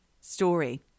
story